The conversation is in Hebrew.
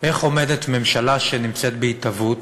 איך עומדת ממשלה שנמצאת בהתהוות,